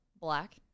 black